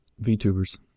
VTubers